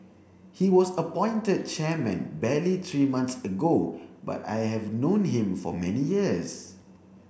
he was appointed chairman barely three months ago but I have known him for many years